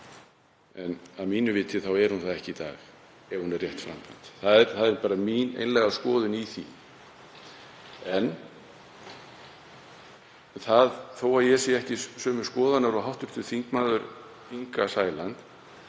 Að mínu viti er hún það ekki í dag ef hún er rétt framkvæmd. Það er bara mín einlæga skoðun í því. En þó að ég sé ekki sömu skoðunar og hv. þm. Inga Sæland